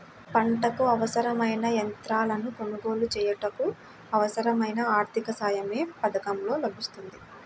పంటకు అవసరమైన యంత్రాలను కొనగోలు చేయుటకు, అవసరమైన ఆర్థిక సాయం యే పథకంలో లభిస్తుంది?